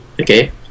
okay